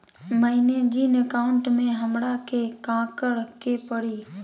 मैंने जिन अकाउंट में हमरा के काकड़ के परी?